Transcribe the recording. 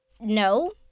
No